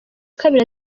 kabiri